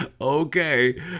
Okay